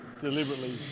deliberately